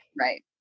Right